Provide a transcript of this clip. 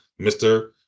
Mr